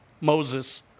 Moses